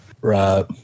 Right